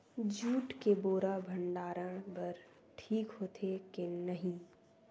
Jute के बोरा भंडारण बर ठीक होथे के नहीं?